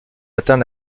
atteint